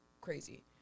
Crazy